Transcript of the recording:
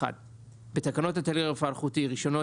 בתקנות הטלגרף האלחוטי (רישיונות,